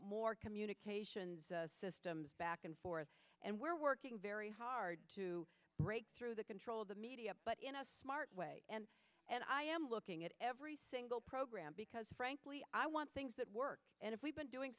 more communications systems back and forth and we're working very hard to break through the control of the media but in a smart way and i am looking at every single program because frankly i want things that work and if we've been doing